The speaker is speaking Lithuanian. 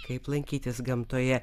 kaip lankytis gamtoje